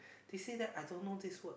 they say that I don't know this word